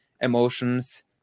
emotions